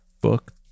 book